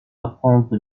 apprendre